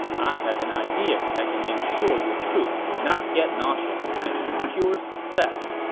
i have an idea that can ensure your troops will not get nauseous and secure success.